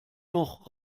noch